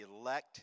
elect